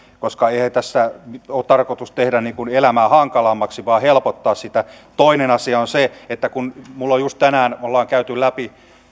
koska eihän tässä ole tarkoitus tehdä elämää hankalammaksi vaan helpottaa sitä toinen asia on se että kun ollaan juuri tänään käyty läpi